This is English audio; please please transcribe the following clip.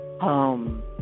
home